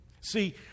See